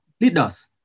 leaders